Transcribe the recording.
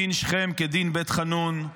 דין שכם כדין בית חאנון.